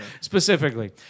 Specifically